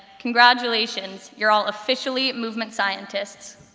congratulations, you're all officially movement scientists.